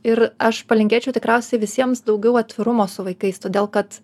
ir aš palinkėčiau tikriausiai visiems daugiau atvirumo su vaikais todėl kad